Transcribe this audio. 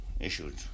issued